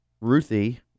Ruthie